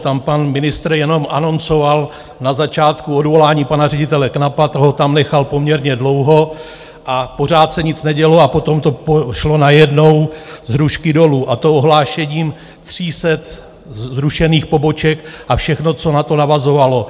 Tam pan ministr jenom anoncoval na začátku odvolání pana ředitele Knapa, toho tam nechal poměrně dlouho, a pořád se nic nedělo, a potom to šlo najednou z hrušky dolů, a to ohlášením 300 zrušených poboček a všechno, co na to navazovalo.